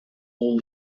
all